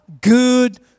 good